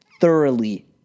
thoroughly